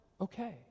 okay